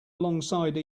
alongside